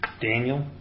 Daniel